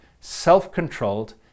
self-controlled